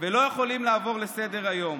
ולא יכולים לעבור לסדר-היום.